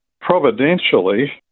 providentially